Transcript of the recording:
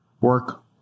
work